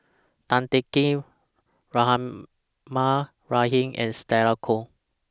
Tan Teng Kee Rahimah Rahim and Stella Kon